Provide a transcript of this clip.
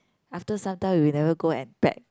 after sometime we never go and pack